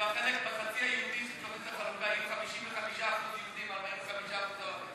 שבחצי היהודי של תוכנית החלוקה יהיו 55% יהודים ו-45% ערבים.